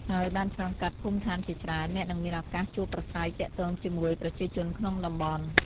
ហើយបានឆ្លងកាត់ភូមិឋានជាច្រើន អ្នកនឹងមានឱកាសជួបប្រាស្រ័យទាក់ទងជាមួយប្រជាជនក្នុងតំបន់។